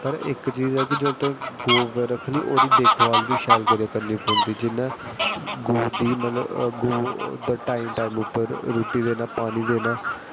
पर इक चीज़ ऐ कि जेल्लै तुस गौ रक्खनी ओह्दे देखभाल बी शैल करनी पौंदी जियां गौ दी मतलब गौ दा टाइम टाइम उप्पर रुट्टी देना पानी देना